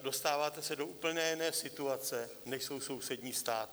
Dostáváte se do úplně jiné situace, než jsou sousední státy.